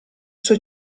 suo